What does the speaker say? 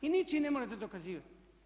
I ničime ne morate dokazivati.